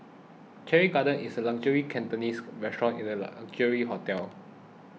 Cherry Garden is a luxurious Cantonese restaurant in a luxury hotel